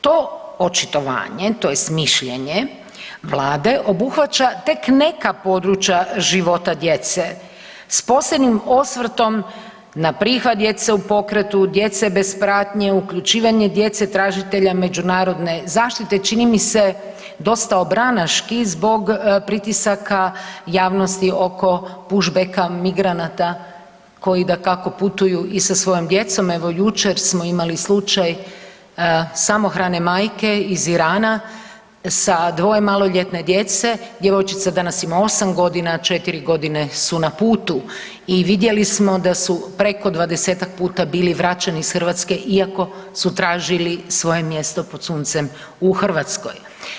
To očitovanje, tj. mišljenje Vlade obuhvaća tek neka područja života djece, s posebnim osvrtom na prihvat djece u pokretu, djece bez pratnje, uključivanje djece tražitelja međunarodne zaštite, čini mi se, dosta obranaški zbog pritisaka javnosti oko pushbacka migranata koji dakako putuju i sa svojom djecom, evo jučer smo imali slučaj samohrane majke iz Irana sa dvoje maloljetne djece, djevojčica danas ima 8 godina, a 4 godine su na putu i vidjeli smo da su preko 20-tak puta bili vraćenih iz Hrvatske iako su tražili svoje mjesto pod suncem u Hrvatskoj.